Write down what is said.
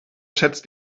schätzt